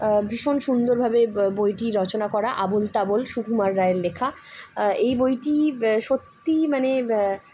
ভীষণ সুন্দরভাবে বইটি রচনা করা আবোল তাবল সুকুমার রায়ের লেখা এই বইটি সত্যিই মানে